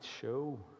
show